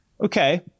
Okay